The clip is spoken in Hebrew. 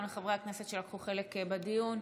גם לחברי הכנסת שלקחו חלק בדיון,